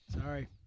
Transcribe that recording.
Sorry